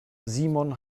simon